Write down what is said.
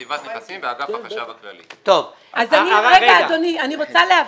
אדוני, אני רוצה להבין,